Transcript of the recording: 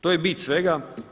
To je bit svega.